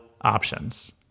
options